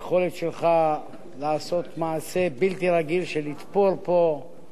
של לתפור פה חליפה מאוד מאוד מסובכת ומורכבת.